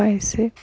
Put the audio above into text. পাইছে